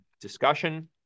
discussion